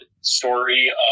story